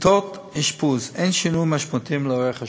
מיטות אשפוז: אין שינויים משמעותיים לאורך השנים.